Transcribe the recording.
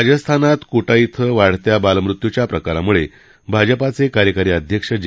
राजस्थानमधल्या कोटा इथं वाढत्या बालमृत्यूच्या प्रकारामुळे भाजपाचे कार्यकारी अध्यक्ष जे